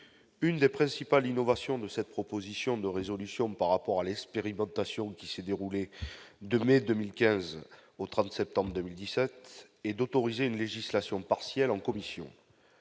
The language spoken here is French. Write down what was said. une des principales innovations de cette proposition de résolution par rapport à l'expérimentation, qui s'est déroulé de mai 2015 au 30 septembre 2017 et d'autoriser une législation partielle en commission.